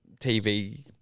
TV